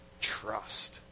trust